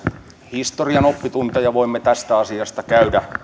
historian oppitunteja voimme tästä asiasta käydä